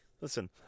Listen